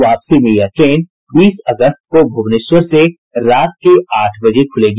वापसी में यह ट्रेन बीस अगस्त को भुवनेश्वर से रात के आठ बजे खुलेगी